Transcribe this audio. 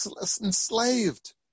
enslaved